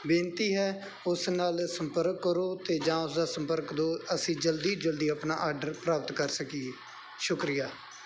ਬੇਨਤੀ ਹੈ ਉਸ ਨਾਲ ਸੰਪਰਕ ਕਰੋ ਅਤੇ ਜਾਂ ਉਸਦਾ ਸੰਪਰਕ ਦਿਉ ਅਸੀਂ ਜਲਦੀ ਜਲਦੀ ਆਪਣਾ ਆਡਰ ਪ੍ਰਾਪਤ ਕਰ ਸਕੀਏ ਸ਼ੁਕਰੀਆ